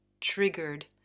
triggered